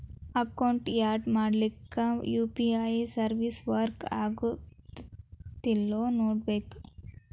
account add ಮಾಡ್ಲಿಕ್ಕೆ UPI service work ಆಗತ್ತೇಲ್ಲೋ ನೋಡ್ಕೋಬೇಕ್